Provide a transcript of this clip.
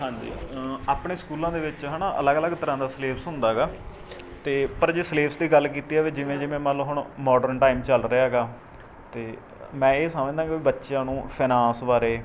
ਹਾਂਜੀ ਆਪਣੇ ਸਕੂਲਾਂ ਦੇ ਵਿੱਚ ਹੈਨਾ ਅਲੱਗ ਅਲੱਗ ਤਰ੍ਹਾਂ ਦਾ ਸਿਲੇਬਸ ਹੁੰਦਾ ਹੈਗਾ ਅਤੇ ਪਰ ਜੇ ਸਿਲੇਬਸ ਦੀ ਗੱਲ ਕੀਤੀ ਜਾਵੇ ਜਿਵੇਂ ਜਿਵੇਂ ਮੰਨ ਲਓ ਹੁਣ ਮੋਡਰਨ ਟਾਈਮ ਚੱਲ ਰਿਹਾ ਹੈਗਾ ਅਤੇ ਮੈਂ ਇਹ ਸਮਝਦਾ ਹੈਗਾ ਵੀ ਬੱਚਿਆਂ ਨੂੰ ਫਾਇਨਾਂਸ ਬਾਰੇ